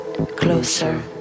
Closer